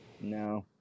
no